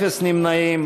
אפס נמנעים.